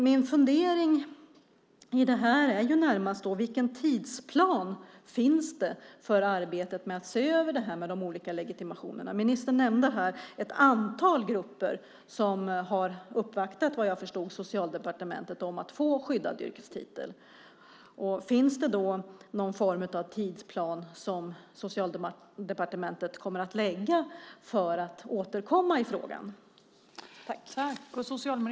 Min fundering är närmast vilken tidsplan det finns för arbetet med att se över de olika legitimationerna. Ministern nämnde här ett antal grupper som har uppvaktat, vad jag förstod, Socialdepartementet om att få skyddad yrkestitel. Finns det någon form av tidsplan som Socialdepartementet har för att återkomma i frågan?